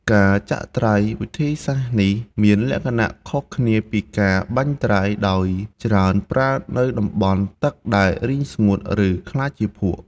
ការចាក់ត្រី វិធីសាស្ត្រនេះមានលក្ខណៈខុសគ្នាពីការបាញ់ត្រី ដោយច្រើនប្រើនៅតំបន់ទឹកដែលរីងស្ងួត ឬក្លាយជាភក់។